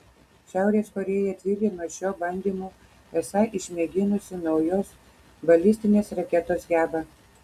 šiaurės korėja tvirtino šiuo bandymu esą išmėginusi naujos balistinės raketos gebą